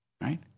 Right